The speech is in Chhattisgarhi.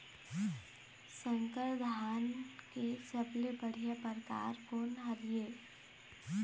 संकर धान के सबले बढ़िया परकार कोन हर ये?